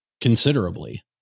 considerably